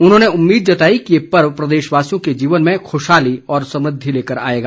उन्होंने उम्मीद जताई कि ये पर्व प्रदेशवासियों के जीवन में खुशहाली और समृद्धि लेकर आएगा